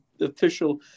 official